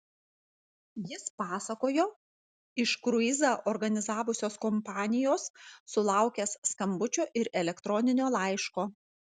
jis pasakojo iš kruizą organizavusios kompanijos sulaukęs skambučio ir elektroninio laiško